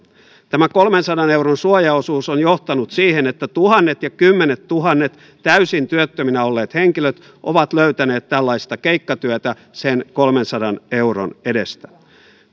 tämä kolmensadan euron suojaosuus on johtanut siihen että tuhannet ja kymmenettuhannet täysin työttöminä olleet henkilöt ovat löytäneet tällaista keikkatyötä sen kolmensadan euron edestä